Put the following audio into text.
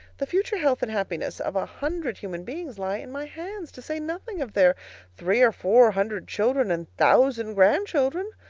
the future health and happiness of a hundred human beings lie in my hands, to say nothing of their three or four hundred children and thousand grandchildren.